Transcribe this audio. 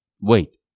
wait